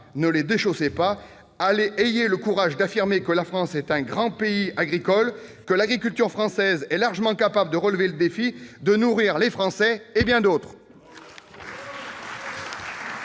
ne les déchaussez pas : ayez le courage d'affirmer que la France est un grand pays agricole et que l'agriculture française est largement capable de relever le défi de nourrir les Français et bien d'autres